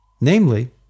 Namely